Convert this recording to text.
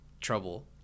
trouble